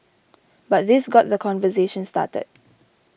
but this got the conversation started